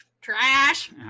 trash